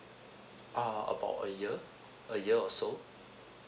err about a year a year or so